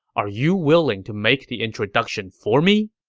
are you willing to make the introduction for me?